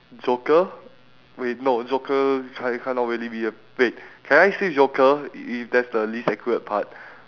joker wait no joker can't cannot really be a wait can I say joker if that's the least accurate part